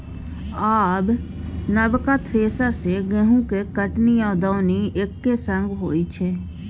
आब नबका थ्रेसर सँ गहुँमक कटनी आ दौनी एक्के संग होइ छै